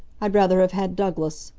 i'd rather have had douglas.